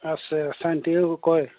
আছে চাইন্সেও কয়